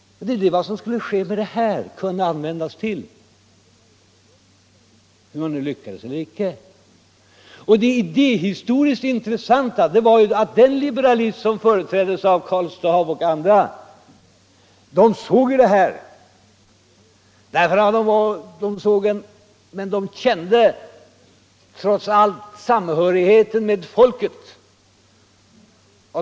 Och det är vad de här reglerna skulle kunna användas till, vare sig man skulle lyckas eller inte. Det idéhistoriskt intressanta är att de liberaler som företräddes av Karl Staaff och andra trots allt kände samhörigheten med folket.